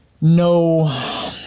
no